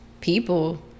people